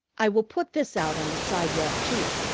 i will put this out on the sidewalk, too.